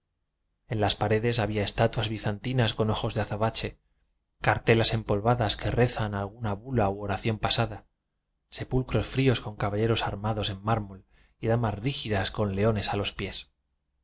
en las peredes había estatuas bizantinas con ojos de azabache cartelas empolvadas que re zan alguna bula u oración pasada sepul cros fríos con caballeros armados en már mol y damas rígidas con leones a los pies